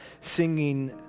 singing